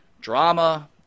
drama